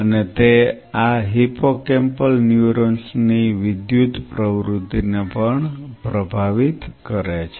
અને તે આ હિપ્પોકેમ્પલ ન્યુરોન્સ ની વિદ્યુત પ્રવૃત્તિને પણ પ્રભાવિત કરે છે